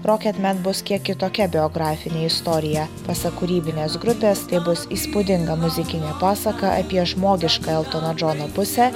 roketmen bus kiek kitokia biografinė istorija pasak kūrybinės grupės tai bus įspūdinga muzikinė pasaka apie žmogišką eltono džono pusę